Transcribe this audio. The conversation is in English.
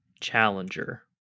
challenger